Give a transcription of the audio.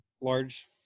Large